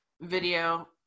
video